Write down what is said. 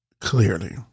clearly